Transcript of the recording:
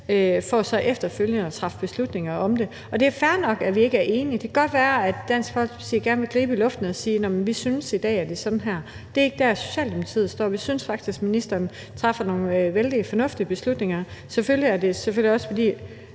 for så efterfølgende at træffe beslutninger om det. Det er fair nok, at vi ikke er enige, og det kan godt være, at Dansk Folkeparti gerne vil gribe i luften og sige, at man i dag synes, at det er sådan her. Det er ikke der, Socialdemokratiet står, og vi synes faktisk, ministeren træffer nogle vældig fornuftige beslutninger. Selvfølgelig er det også, fordi